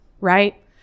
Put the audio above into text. right